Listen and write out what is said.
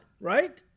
right